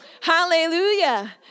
Hallelujah